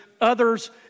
others